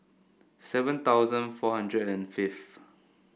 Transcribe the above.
seven thousand four hundred and fifth